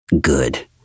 good